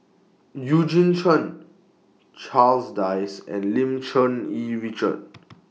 Eugene Chen Charles Dyce and Lim Cherng Yih Richard